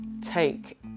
take